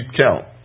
count